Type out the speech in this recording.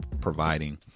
providing